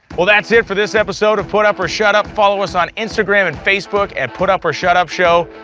well that's it for this episode of put up or shut up, follow us on instagram, and facebook, at put up or shut up show.